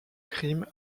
crime